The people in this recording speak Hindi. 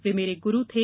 वे मैरे गुरू थे